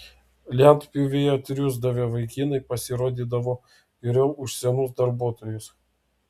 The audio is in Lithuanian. lentpjūvėje triūsdavę vaikinai pasirodydavo geriau už senus darbuotojus